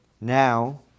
now